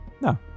No